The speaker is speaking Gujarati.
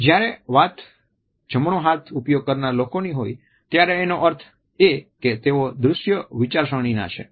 જ્યારે વાત જમણો હાથ ઉપયોગ કરનાર લોકોની હોય ત્યારે એનો અર્થ એ કે તેઓ દ્રશ્ય વિચારસરણીના છે